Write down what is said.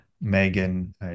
Megan